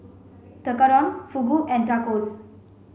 Tekkadon Fugu and Tacos